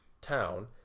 town